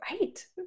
Right